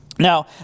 Now